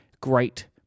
great